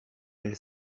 elle